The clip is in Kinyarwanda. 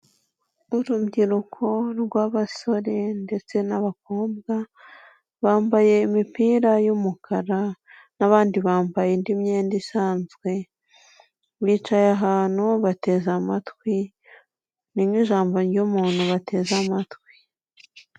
Urubyiruko rw'abasore ndetse n'abakobwa bambaye imipira y'umukara, n'abandi bambaye indi myenda isanzwe, bicaye ahantu bateze amatwi ni nk'ijambo ry'umuntu bateze amatwi.